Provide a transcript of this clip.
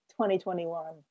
2021